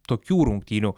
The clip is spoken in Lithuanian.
tokių rungtynių